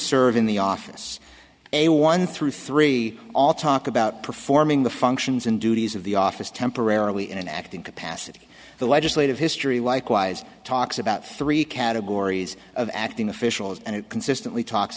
serve in the office a one through three all talk about performing the functions and duties of the office temporarily in an acting capacity the legislative history likewise talks about three categories of acting officials and it consistently talks